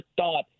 thought